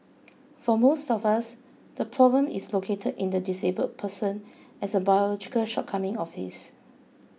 for most of us the problem is located in the disabled person as a biological shortcoming of his